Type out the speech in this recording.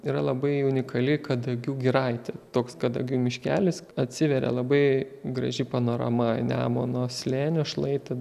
yra labai unikali kadagių giraitė toks kadagių miškelis atsiveria labai graži panorama į nemuno slėnio šlaitą